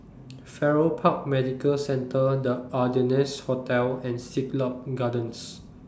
Farrer Park Medical Centre The Ardennes Hotel and Siglap Gardens